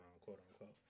quote-unquote